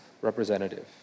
representative